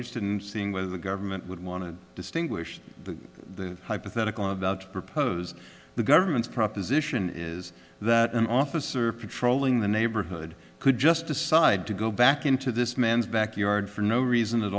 to seeing whether the government would want to distinguish the hypothetical about proposed the government's proposition is that an officer patrolling the neighborhood could just decide to go back into this man's backyard for no reason at